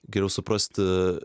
geriau suprasti